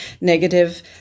negative